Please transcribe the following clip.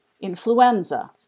Influenza